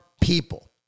people